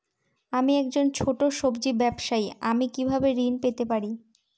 আমি একজন ছোট সব্জি ব্যবসায়ী আমি কিভাবে ঋণ পেতে পারি?